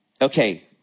okay